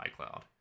icloud